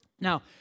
Now